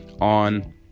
on